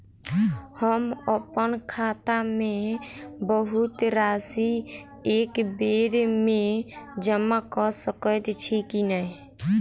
हम अप्पन खाता मे बहुत राशि एकबेर मे जमा कऽ सकैत छी की नै?